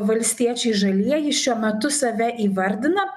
valstiečiai žalieji šiuo metu save įvardina